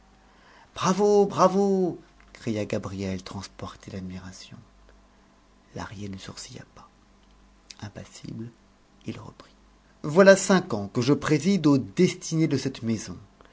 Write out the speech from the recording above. bravo bravo cria gabrielle transportée d'admiration lahrier ne sourcilla pas impassible il reprit voilà cinq ans que je préside aux destinées de cette maison